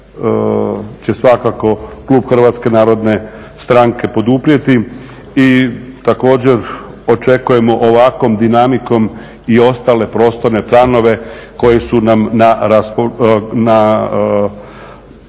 će svakako klub Hrvatske narodne stranke poduprijeti i također očekujemo ovakvom dinamikom i ostale prostorne planove koji su nam u fazi donošenja.